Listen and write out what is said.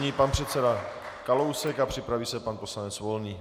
Nyní pan předseda Kalousek a připraví se pan poslanec Volný.